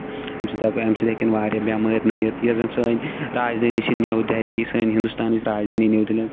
اَمہِ سۭتۍ ہٮ۪کو اَمہِ سۭتۍ ہٮ۪کن واریاہ بٮ۪مٲرۍ نٔوِتھ یۄس زَن سٲنۍ رازدٲنی چھِ نِیو دہلی سٲنۍ ہِنٛدُستانٕچ رازدٲنی نیو دہلی